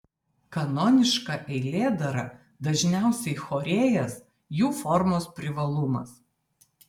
kanoniška eilėdara dažniausiai chorėjas jų formos privalumas